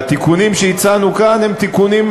והתיקונים שהצענו כאן הם תיקונים,